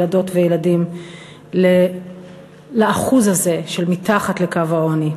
ילדות וילדים לאחוז הזה של מתחת לקו העוני.